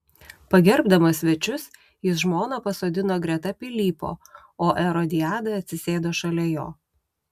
pagerbdamas svečius jis žmoną pasodino greta pilypo o erodiadą atsisėdo šalia jo